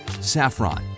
saffron